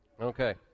Okay